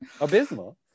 Abysmal